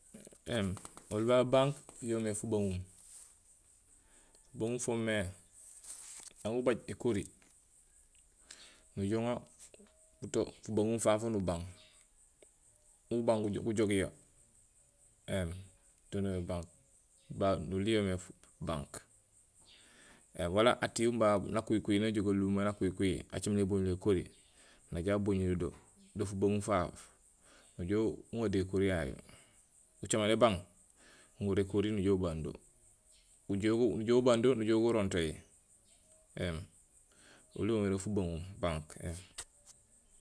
Éém oli babé banque yo yoomé fubaŋuum. Fubaŋuum foomé, nañ ubaaj ékori, nujoow uŋaar buto fubaŋuum fafu nubaaŋ, mu baŋ gujogiyo. Ēém do doomé banque, babé noli yo yoomé fubank. Wala étii umu babu na kuhikuhi najoow galunlumaay nakuhikuhi ajaméén éboñul ékori, naja boñuyodo, do fubaŋuum faa, nujoow uŋado ékori yaa, ujaméén ébaŋ, nuŋorul ékorihi nujoow ubando. Nujuhé ubando, gujuwé gurontohi éém. Oli yo muloob mé fubaŋuum éém